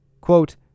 quote